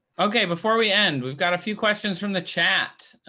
ok. before we end, we've got a few questions from the chat.